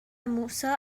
موسی